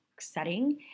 setting